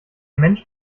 mensch